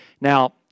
Now